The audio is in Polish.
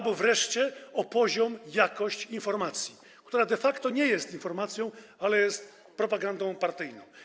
Chodzi wreszcie o poziom, jakość informacji, która de facto nie jest informacją, ale jest propagandą partyjną.